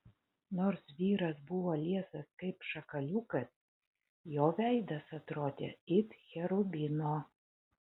nors vyras buvo liesas kaip šakaliukas jo veidas atrodė it cherubino